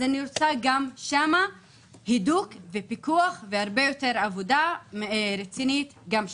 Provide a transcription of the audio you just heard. אז אני רוצה גם שם הידוק ופיקוח והרבה יותר עבודה רצינית גם שם.